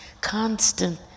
constant